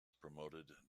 promoted